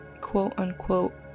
quote-unquote